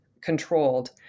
controlled